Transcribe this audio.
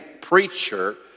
preacher